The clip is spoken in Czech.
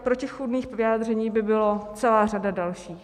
Protichůdných vyjádření by byla celá řada dalších.